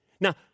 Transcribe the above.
Now